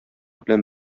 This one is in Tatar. белән